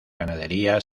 ganadería